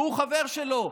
והוא חבר שלו.